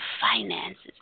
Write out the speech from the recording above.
finances